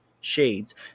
shades